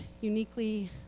uniquely